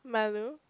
malu